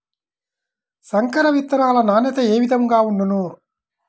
సంకర విత్తనాల నాణ్యత ఏ విధముగా ఉండును?